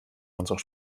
unserer